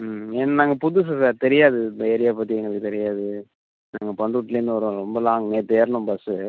ம் ஏன்னா நாங்கள் புதுசு சார் தெரியாது இந்த ஏரியா பற்றி எங்களுக்கு தெரியாது நாங்கள் பண்ரூட்டிலேருந்து வர்றோம் ரொம்ப லாங் நேற்று ஏறினோம் பஸ்ஸு